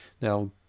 Now